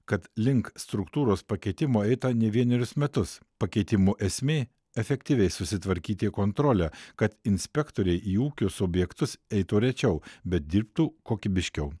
kad link struktūros pakeitimo eita ne vienerius metus pakeitimų esmė efektyviai susitvarkyti kontrolę kad inspektoriai į ūkių subjektus eitų rečiau bet dirbtų kokybiškiau